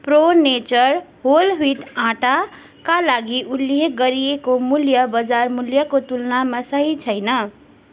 pro nature whole wheat आटाका लागि उल्लेख गरिएको मूल्य बजार मूल्यको तुलनामा सही छैन